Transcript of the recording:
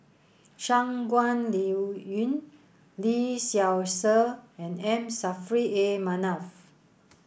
Shangguan Liuyun Lee Seow Ser and M Saffri A Manaf